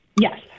Yes